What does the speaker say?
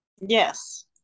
Yes